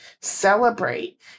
celebrate